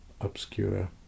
obscure